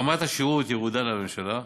רמת שירות ירודה לממשלה.